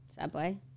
Subway